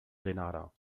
grenada